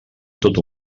tot